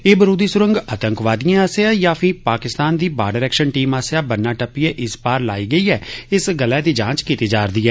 एह् बारूदी सुरंग आतंकवादिएं आसेआ यां पही पाकिस्तान दी बार्डर एक्शन टीम आसेआ बन्ना टप्पियै इस पार लाई गेई ऐ इस गल्लै दी जांच कीती जा'रदी ऐ